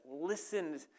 listened